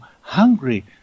hungry